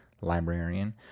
Librarian